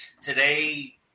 today